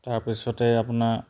তাৰপিছতে আপোনাৰ